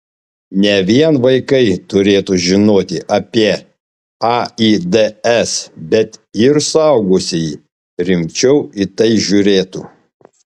ne vien vaikai turėtų žinoti apie aids bet ir suaugusieji rimčiau į tai žiūrėtų